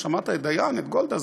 שמעת את דיין ואת גולדה,